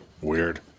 Weird